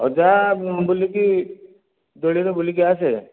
ହଉ ଯା ବୁଲିକି ଦୋଳିରେ ବୁଲିକି ଆସେ